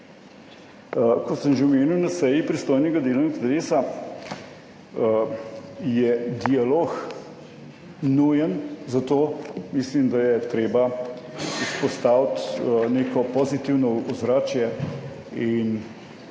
Kot sem že omenil na seji pristojnega delovnega telesa je dialog nujen, zato mislim, da je treba vzpostaviti neko pozitivno ozračje in